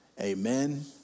Amen